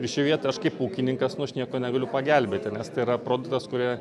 ir šioj vietoj aš kaip ūkininkas nu aš nieko negaliu pagelbėti nes tai yra produktas kurį